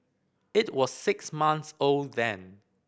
it was six months old then